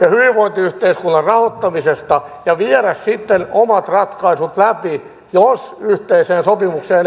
ja hyvinvointiyhteiskunnan rahoittamisesta ja viedä sitten omat ratkaisut läpi jos yhteiseen sopimukseen ei päästä